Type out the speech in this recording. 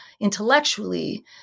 intellectually